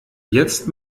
jetzt